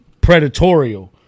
predatorial